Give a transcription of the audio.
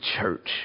church